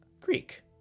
Greek